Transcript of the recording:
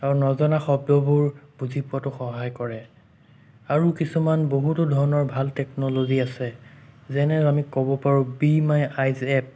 আৰু নজনা শব্দবোৰ বুজি পোৱাতো সহায় কৰে আৰু কিছুমান বহুতো ধৰণৰ ভাল টেকনলজি আছে যেনে আমি ক'ব পাৰোঁ বি মাই আইজ এপ